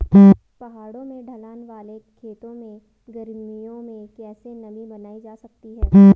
पहाड़ों में ढलान वाले खेतों में गर्मियों में कैसे नमी बनायी रखी जा सकती है?